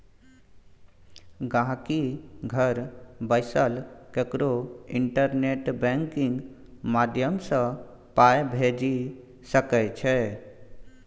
गांहिकी घर बैसल ककरो इंटरनेट बैंकिंग माध्यमसँ पाइ भेजि सकै छै